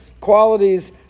qualities